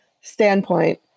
standpoint